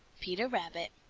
peter rabbit.